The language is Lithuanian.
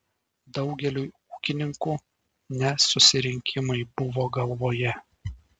daugeliui ūkininkų ne susirinkimai buvo galvoje